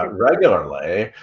regularly.